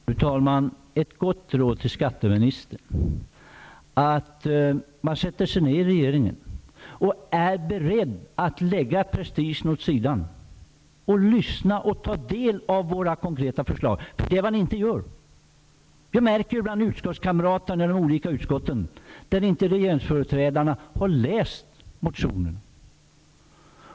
Fru talman! Jag vill ge ett gott råd till skatteministern, nämligen att man i regeringen sätter sig ned och är beredd att lägga prestigen åt sidan och ta del av våra konkreta förslag, att lyssna. Det gör ni inte. Jag märker ju bland kamraterna i de olika utskotten att regeringsföreträdarna inte har läst motionerna.